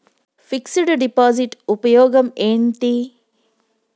Fix డ్ deposit ఉపయోగం ఏంటి?